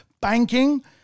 banking